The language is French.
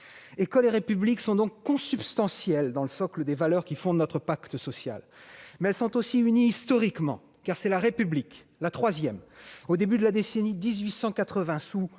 École et République sont donc consubstantielles dans le socle des valeurs qui fondent notre pacte social. Mais elles sont aussi unies historiquement, car c'est la République, la III, au début de la décennie 1880, au